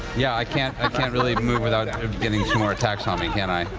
yeah, i can't i can't really move without getting two more attacks on me, can i?